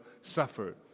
suffered